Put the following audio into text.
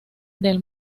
del